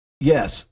Yes